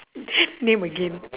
name again